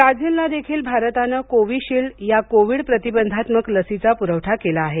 ब्राझीलला देखील भारताने कोविशिल्ड या कोविड प्रतिबंधात्मक लसीचा पुरवठा केला आहे